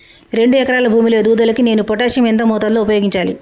రెండు ఎకరాల భూమి లో ఎదుగుదలకి నేను పొటాషియం ఎంత మోతాదు లో ఉపయోగించాలి?